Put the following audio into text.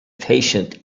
patient